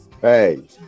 Hey